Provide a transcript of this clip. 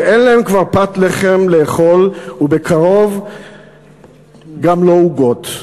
שאין להם כבר פת לחם לאכול ובקרוב גם לא עוגות.